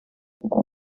uma